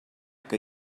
que